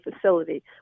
facility